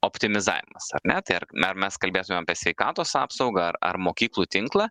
optimizavimas ar ne tai ar ar mes kalbėtumėm apie sveikatos apsaugą ar ar mokyklų tinklą